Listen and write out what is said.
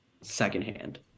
secondhand